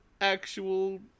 actual